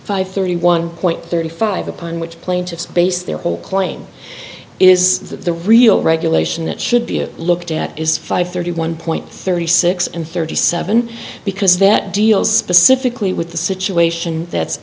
five thirty one point thirty five upon which plaintiffs base their whole claim is that the real regulation that should be looked at is five thirty one point thirty six and thirty seven because that deals specifically with the situation that